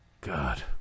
God